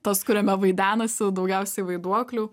tas kuriame vaidenasi daugiausiai vaiduoklių